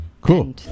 cool